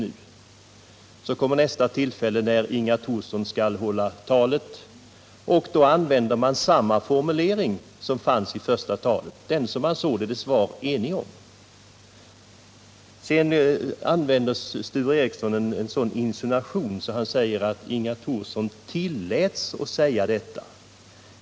Sedan kom nästa tillfälle när Inga Thorsson skulle hålla talet. Då användes samma formulering som fanns i första talet, den som man således var enig om. Sture Ericson är så insinuant att han säger att Inga Thorsson tilläts att säga detta.